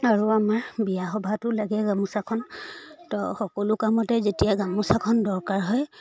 আৰু আমাৰ বিয়া সভাটো লাগে গামোচাখন তো সকলো কামতে যেতিয়া গামোচাখন দৰকাৰ হয়